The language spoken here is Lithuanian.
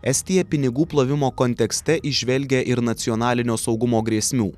estija pinigų plovimo kontekste įžvelgia ir nacionalinio saugumo grėsmių